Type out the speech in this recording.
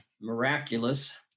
miraculous